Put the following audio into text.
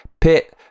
pit